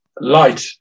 light